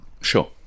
Sure